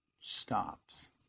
stops